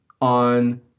on